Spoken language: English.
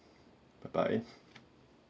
bye bye